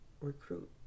recruit